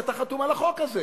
כי אתה חתום על החוק הזה.